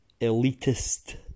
elitist